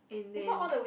and then